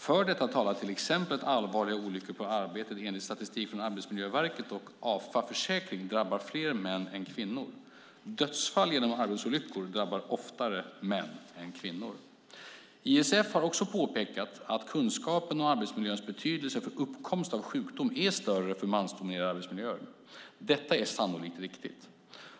För detta talar till exempel att allvarliga olyckor på arbetet enligt statistik från Arbetsmiljöverket och AFA Försäkring drabbar fler män än kvinnor. Dödsfall genom arbetsolyckor drabbar också oftare män än kvinnor. ISF har också pekat på att kunskapen om arbetsmiljöns betydelse för uppkomst av sjukdom är större för mansdominerade arbetsmiljöer. Detta är sannolikt riktigt.